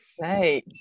Nice